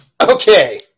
Okay